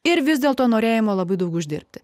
ir vis dėlto norėjimo labai daug uždirbti